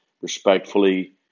respectfully